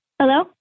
Hello